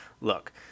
Look